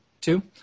Two